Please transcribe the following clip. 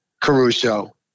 Caruso